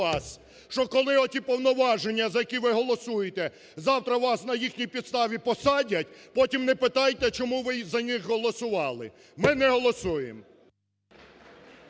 Що коли оті повноваження, за які ви голосуєте, завтра вас, на їхній підставі, посадять, потім не питайте, чому ви за них не голосували. Ми – не голосуємо!